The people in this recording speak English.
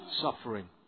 suffering